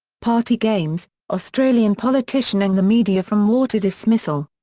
party games australian politician and the media from war to dismissal.